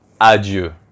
Adieu